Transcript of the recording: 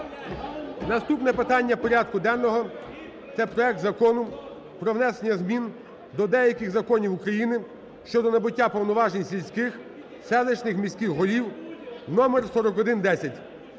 Наступне питання порядку денного – це проект Закону про внесення змін до деяких законів України щодо набуття повноважень сільських, селищних, міських голів (номер 4110).